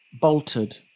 bolted